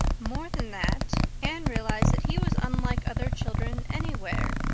more than that, anne realized that he was unlike other children anywhere,